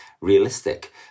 realistic